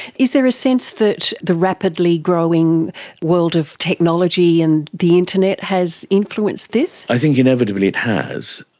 is there a sense that the rapidly growing world of technology and the internet has influenced this? i think inevitably it has.